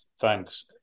thanks